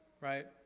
Right